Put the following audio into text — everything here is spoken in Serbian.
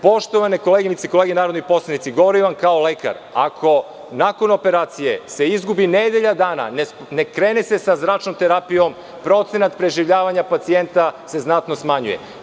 Poštovane koleginice i kolege narodni poslanici, govorim vam kao lekar, ako se nakon operacije izgubi nedelja dana i ne krene se sa zračnom terapijom, procenat preživljavanja pacijenta se znatno smanjuje.